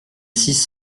six